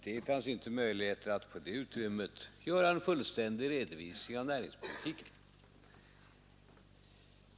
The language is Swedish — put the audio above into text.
Det fanns inte möjlighet att på det utrymmet lämna en fullständig redovisning av näringspolitiken.